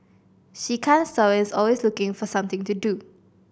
she can't stop and is always looking for something to do